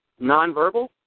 nonverbal